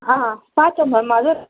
ஆ பார்த்தேன் மேம் அதுதான்